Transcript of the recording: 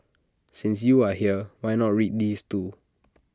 since you are here why not read these too